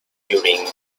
during